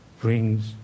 brings